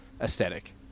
aesthetic